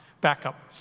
backup